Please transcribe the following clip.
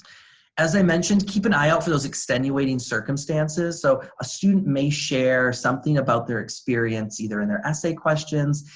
as i mentioned keep an eye out for those extenuating circumstances, so a student may share something about their experience either in their essay questions,